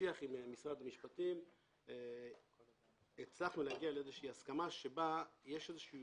בשיח עם משרד המשפטים הצלחנו להגיע לאיזושהי הסכמה שבה יש איזושהי